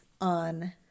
on